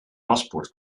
paspoort